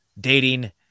dating